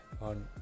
on